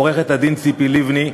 עורכת-הדין ציפי לבני,